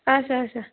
اچھا اچھا